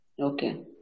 Okay